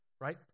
right